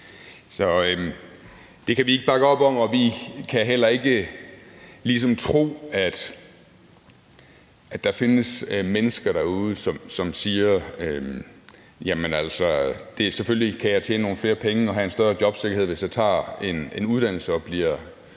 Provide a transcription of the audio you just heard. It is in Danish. Det kan vi ikke bakke op om, og vi kan heller ikke tro, at der findes mennesker derude, som siger: Selvfølgelig kan jeg tjene nogle flere penge og have en større jobsikkerhed, hvis jeg tager en arbejdsmarkedsuddannelse,